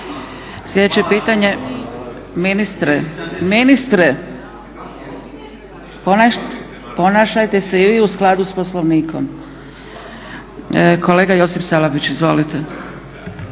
… Ministre, ministre! Ponašajte se i vi u skladu s Poslovnikom. Kolega Josip Salapić, izvolite.